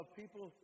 people